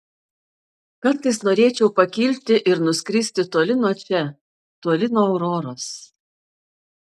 kartais norėčiau pakilti ir nuskristi toli nuo čia toli nuo auroros